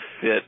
fit